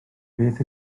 beth